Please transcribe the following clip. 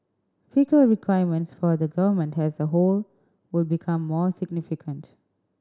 fiscal requirements for the Government has a whole will become more significant